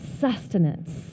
sustenance